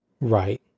Right